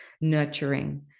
nurturing